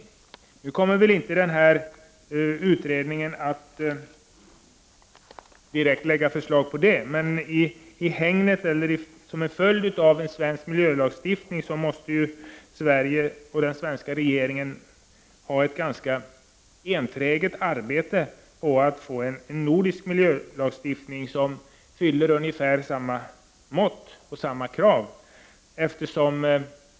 Utredningen kommer väl inte direkt att lägga fram något sådant förslag. Men följden av en svensk miljöskyddslagstiftning måste ju bli att den svenska regeringen bedriver ett enträget arbete för att få en nordisk miljöskyddslagstiftning som fyller ungefär samma mått och krav.